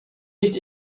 nicht